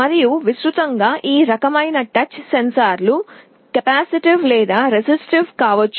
మరియు విస్తృతంగా ఈ రకమైన టచ్ సెన్సార్లు కెపాసిటివ్ లేదా రెసిస్టివ్ కావచ్చు